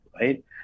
right